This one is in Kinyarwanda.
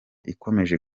ikomeje